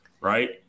right